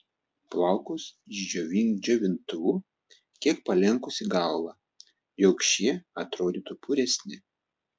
plaukus išdžiovink džiovintuvu kiek palenkusi galvą jog šie atrodytų puresni